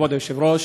כבוד היושב-ראש,